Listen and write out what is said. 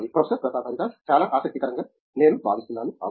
professor Pratap Haridas చాలా ఆసక్తికరంగా నేను భావిస్తున్నాను అవును